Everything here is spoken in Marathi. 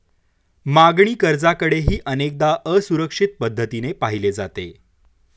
मागणी कर्जाकडेही अनेकदा असुरक्षित पद्धतीने पाहिले जाते